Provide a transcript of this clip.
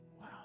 Wow